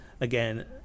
again